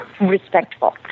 respectful